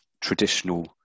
traditional